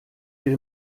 will